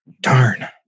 Darn